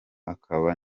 akaba